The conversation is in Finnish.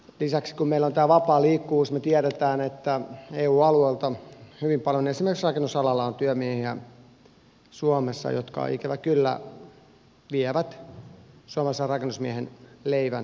lisäksi kun meillä on vapaa liikkuvuus me tiedämme että eu alueelta on hyvin paljon esimerkiksi rakennusalalla suomessa työmiehiä jotka ikävä kyllä vievät suomalaiselta rakennusmieheltä leivän suusta